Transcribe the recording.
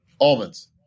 almonds